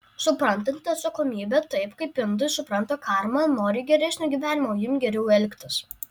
suprantant atsakomybę taip kaip indai supranta karmą nori geresnio gyvenimo imk geriau elgtis